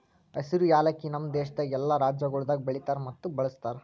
ಹಸಿರು ಯಾಲಕ್ಕಿ ನಮ್ ದೇಶದಾಗ್ ಎಲ್ಲಾ ರಾಜ್ಯಗೊಳ್ದಾಗ್ ಬೆಳಿತಾರ್ ಮತ್ತ ಬಳ್ಸತಾರ್